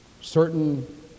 certain